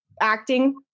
acting